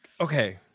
Okay